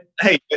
Hey